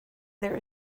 there